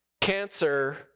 Cancer